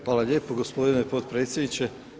Hvala lijepo gospodine potpredsjedniče.